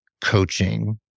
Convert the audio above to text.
coaching